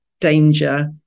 danger